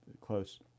close